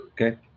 Okay